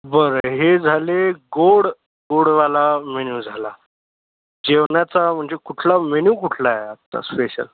बरं हे झाले गोड गोडवाला मेन्यू झाला जेवणाचा म्हणजे कुठला मेन्यू कुठला आहे आजचा स्पेशल